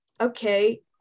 okay